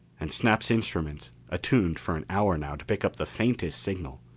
and snap's instruments, attuned for an hour now to pick up the faintest signal,